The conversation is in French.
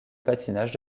patinage